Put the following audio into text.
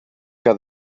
que